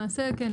למעשה, כן.